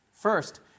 First